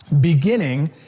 beginning